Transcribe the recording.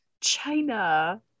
china